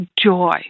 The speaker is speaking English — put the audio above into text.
joy